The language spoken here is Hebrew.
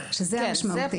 וזה המשמעותי.